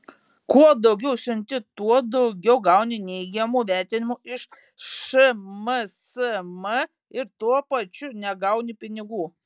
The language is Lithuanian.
kuo daugiau siunti tuo daugiau gauni neigiamų vertinimų iš šmsm ir tuo pačiu negauni pinigų